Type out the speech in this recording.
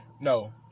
No